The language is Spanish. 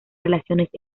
relaciones